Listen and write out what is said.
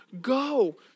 go